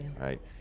Right